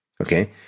okay